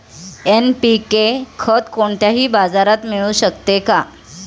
NPK खत कोणत्याही बाजारात मिळू शकते का?